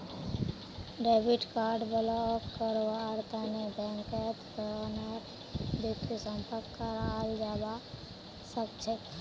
debit card block करव्वार तने बैंकत फोनेर बितु संपर्क कराल जाबा सखछे